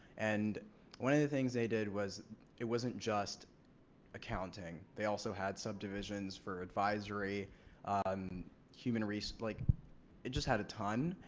and one of the things they did was it wasn't just accounting. they also had subdivision's for advisory human research like it just had a ton.